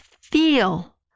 feel